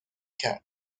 کرد